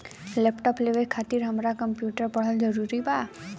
Laptop लेवे खातिर हमरा कम्प्युटर पढ़ल जरूरी बा?